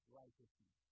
righteousness